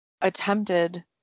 attempted